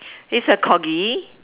he's a Corgi